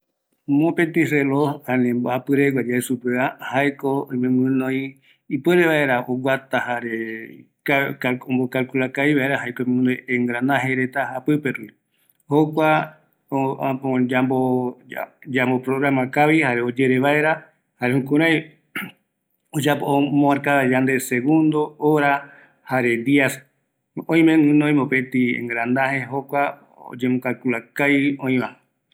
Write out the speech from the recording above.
﻿Mopeti reloj, ani mboapi regua yae supeva, jaeko oime guinoi ipuere vaera, ipuere vaera oguata jare ombocalcula kavita jaeko gjuinoi engranaje reta japipe rupi, jokua äpo yamo programa kavi jare ore vaera jare jukurai oyapo vaera yande segundo, hora jare dia, oime guinoi mopeti engranaje, jokua jokua oyembo calcula kavivi oïva